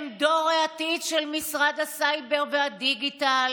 הם דור העתיד של משרד הסייבר והדיגיטל,